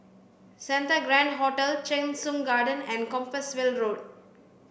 Santa Grand Hotel Cheng Soon Garden and Compassvale Road